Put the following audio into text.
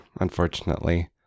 unfortunately